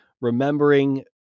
remembering